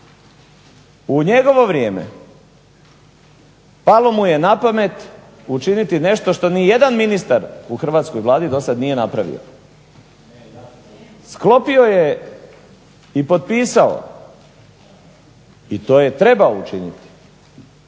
U njegovo vrijeme palo mu je na pamet učiniti nešto što nijedan ministar u hrvatskoj Vladi dosad nije napravio, sklopio je i potpisao, i to je trebao učiniti,